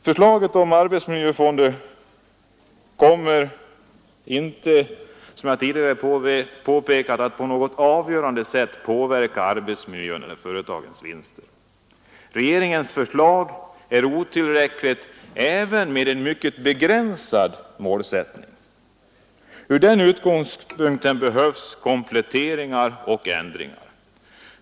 Förslaget om arbetsmiljöfonder kommer inte, som jag tidigare påpekat, att på något avgörande sätt påverka arbetsmiljön eller företagens vinster. Regeringens förslag är otillräckligt även med en mycket begränsad målsättning. Med den utgångspunkten behövs kompletteringar och ändringar.